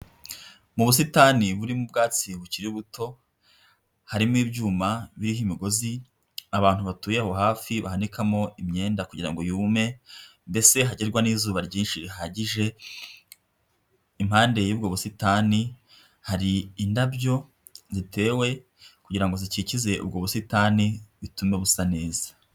Mu busitani burimo ubwatsi bukiri buto, harimo ibyuma biriho imigozi abantu batuye aho hafi bahanikamo imyenda kugira ngo yume mbese hagerwa n'izuba ryinshi rihagije, impande y'ubwo busitani hari indabyo zitewe kugira ngo zikikize ubwo busitani bitume busa neza.